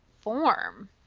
form